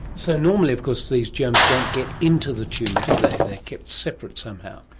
so normally of course these germs don't get into the tumour, do they, they're kept separate somehow.